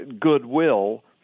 goodwill